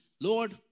Lord